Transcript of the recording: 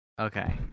Okay